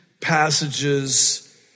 passages